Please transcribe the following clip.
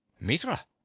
mitra